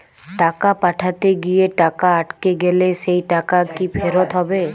টাকা পাঠাতে গিয়ে টাকা আটকে গেলে সেই টাকা কি ফেরত হবে?